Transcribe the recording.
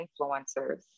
influencers